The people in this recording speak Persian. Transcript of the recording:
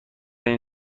این